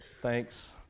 thanks